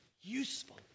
useful